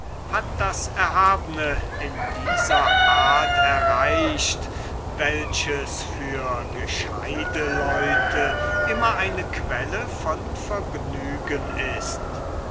hat das erhabne in dieser art erreicht welches für gescheute leute immer eine quelle von vergnügen ist